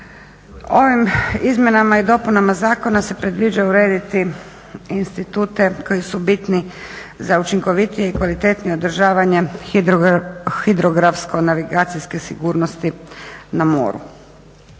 Ovim izmjenama i dopunama zakona se predviđa urediti institute koji su bitni za učinkovitije i kvalitetnije održavanje hidrografsko navigacijske sigurnosti na moru.